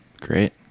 great